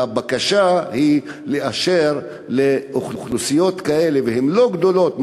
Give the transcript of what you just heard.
הבקשה היא לאשר לאוכלוסיות כאלה והן לא גדולות,